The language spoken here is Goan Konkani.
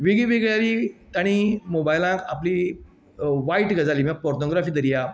वेगळीं वेगळ्यांनी ताणी मोबायलांक आपली वायट गजाली म्हळ्यार पोर्नोग्राफी धरया